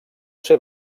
ser